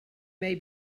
may